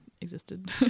existed